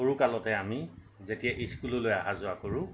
সৰু কালতে আমি যেতিয়া ইস্কুললৈ অহা যোৱা কৰোঁ